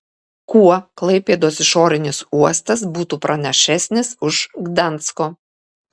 kuo klaipėdos išorinis uostas būtų pranašesnis už gdansko